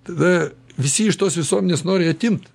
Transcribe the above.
tada visi iš tos visuomenės nori atimt